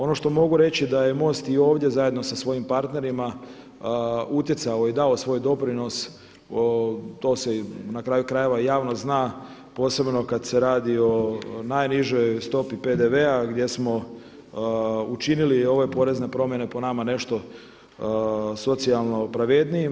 Ono što mogu reći da je MOST i ovdje zajedno sa svojim partnerima utjecao i dao svoj doprinos, to se i na kraju krajeva javno zna posebno kad se radi o najnižoj stopi PDV-a gdje smo učinili i ove porezne promjene po nama nešto socijalno pravednijima.